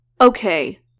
Okay